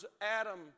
Adam